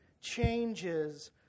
changes